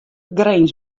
grins